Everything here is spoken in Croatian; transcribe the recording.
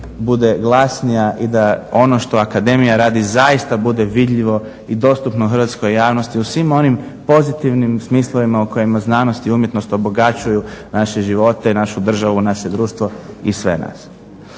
bude tu glasnija i da ono što akademija radi zaista bude vidljivo i dostupno hrvatskoj javnosti u svim onim pozitivnim smislovima u kojima znanost i umjetnost obogaćuju naše živote, našu državu, naše društvo i sve nas.